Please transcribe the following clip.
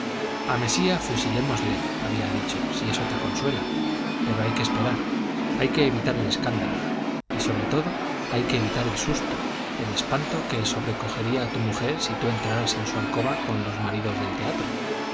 a mesía fusilémosle había dicho si eso te consuela pero hay que esperar hay que evitar el escándalo y sobre todo hay que evitar el susto el espanto que sobrecogería a tu mujer si tú entraras en su alcoba como los maridos de teatro